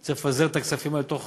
צריך לפזר את הכספים האלה תוך